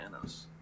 Thanos